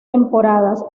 temporadas